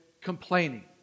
complaining